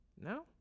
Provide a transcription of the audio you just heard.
No